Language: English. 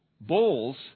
bowls